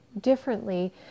differently